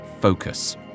focus